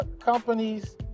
companies